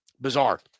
Bizarre